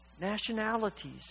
nationalities